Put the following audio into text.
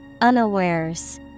Unawares